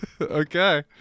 Okay